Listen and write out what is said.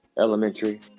elementary